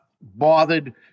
bothered